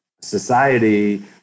society